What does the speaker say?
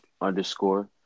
underscore